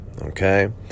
okay